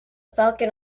falcon